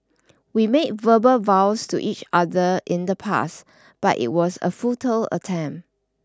we made verbal vows to each other in the past but it was a futile attempt